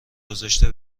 گذاشته